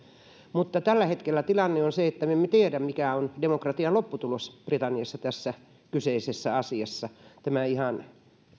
mutta tällä hetkellä tilanne on se että me emme tiedä mikä on demokratian lopputulos britanniassa tässä kyseisessä asiassa tämä ihan